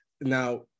now